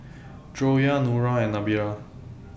Joyah Nura and Nabila